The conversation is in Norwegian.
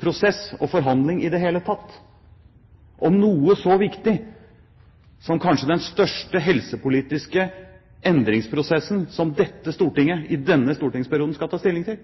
prosess og forhandling i det hele tatt om noe så viktig som den kanskje største politiske endringsprosessen som dette stortinget i denne stortingsperioden skal ta stilling til.